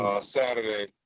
Saturday